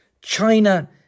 China